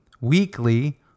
weekly